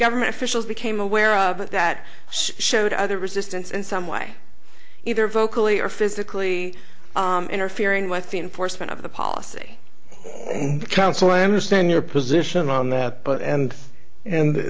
government officials became aware of at that showed other resistance in some way either vocally or physically interfering with the enforcement of the policy council i understand your position on that but and and